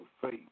faith